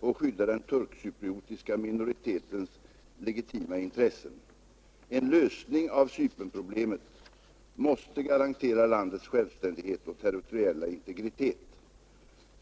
och skydda den turkcypriotiska minoritetens legitima intressen. En lösning av Cypernproblemet måste garantera landets självständighet och territoriella integritet.